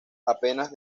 apenas